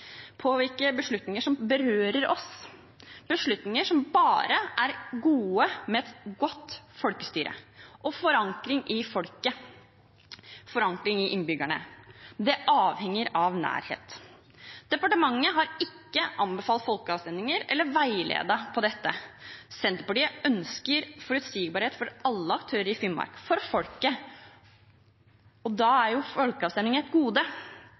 påvirke beslutninger som berører oss, beslutninger som bare er gode med et godt folkestyre og forankring i folket, forankring i innbyggerne. Dette avhenger av nærhet. Departementet har ikke anbefalt folkeavstemninger eller veiledet på dette. Senterpartiet ønsker forutsigbarhet for alle aktører – for folket – i Finnmark. Da er folkeavstemning et gode.